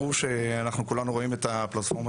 ברור שאנחנו כולנו רואים את הפלטפורמה